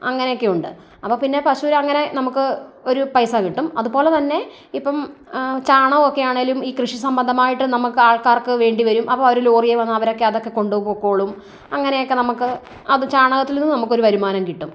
അങ്ങനെയൊക്കെയുണ്ട് അപ്പം പിന്നെ പശുവിന് അങ്ങനെ നമുക്ക് ഒരു പൈസ കിട്ടും അതുപോലെ തന്നെ ഇപ്പം ചാണകം ഒക്കെയാണെങ്കിലും ഈ കൃഷി സംബന്ധമായിട്ട് നമുക്ക് ആൾക്കാർക്ക് വേണ്ടി വരും അപ്പം അവർ ലോറിയിൽ വന്ന് അവരൊക്കെ അതൊക്കെ കൊണ്ട് പോയിക്കോളും അങ്ങനെയൊക്കെ നമുക്ക് അത് ചാണകത്തിൽ നിന്ന് നമുക്കൊരു വരുമാനം കിട്ടും